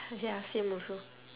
ya same also